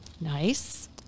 Nice